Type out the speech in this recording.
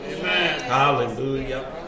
Hallelujah